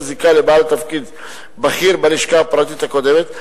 זיקה לבעל תפקיד בכיר בלשכה הפרטית הקודמת,